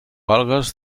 algues